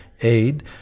aid